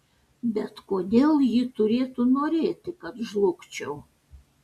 bet kodėl ji turėtų norėti kad žlugčiau